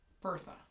Bertha